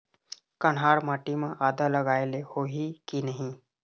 कन्हार माटी म आदा लगाए ले होही की नहीं?